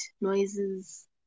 noises